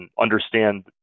understand